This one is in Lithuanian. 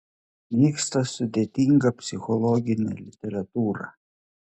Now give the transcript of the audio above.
mėgsta sudėtingą psichologinę literatūrą